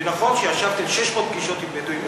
ונכון שישבתם 600 פגישות עם בדואים,